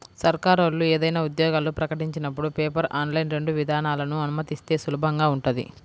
సర్కారోళ్ళు ఏదైనా ఉద్యోగాలు ప్రకటించినపుడు పేపర్, ఆన్లైన్ రెండు విధానాలనూ అనుమతిస్తే సులభంగా ఉంటది